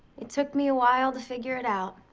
it took me a while to figure it out,